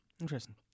interesting